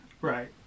Right